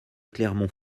clermont